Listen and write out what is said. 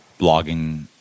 blogging